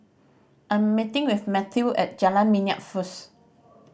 I am meeting Mathew at Jalan Minyak first